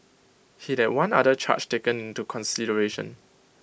he had one other charge taken into consideration